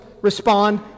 respond